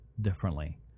differently